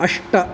अष्ट